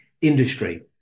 industry